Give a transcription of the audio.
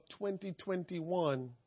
2021